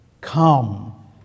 Come